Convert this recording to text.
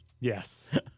yes